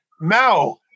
Mao